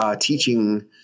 teaching